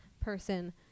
person